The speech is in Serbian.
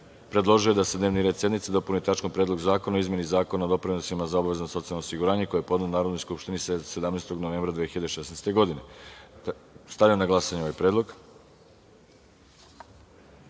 predložio je da se dnevni red sednice dopuni tačkom - Predlog zakona o izmeni Zakona o doprinosima za obavezno socijalno osiguranje, koji je podneo Narodnoj skupštini 17. novembra 2016. godine. Stavljam na glasanje ovaj